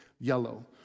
yellow